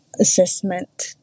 assessment